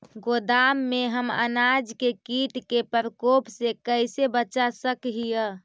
गोदाम में हम अनाज के किट के प्रकोप से कैसे बचा सक हिय?